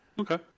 Okay